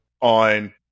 on